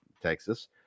Texas